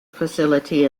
facility